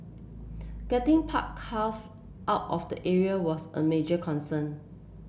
getting parked cars out of the area was a major concern